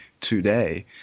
today